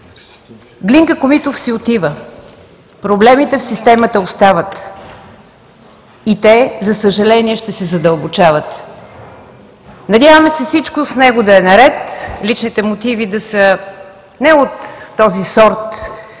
Глинка Комитов си отива, проблемите в системата остават и те, за съжаление, ще се задълбочават. Надяваме се всичко с него да е наред, личните мотиви да са не от този сорт,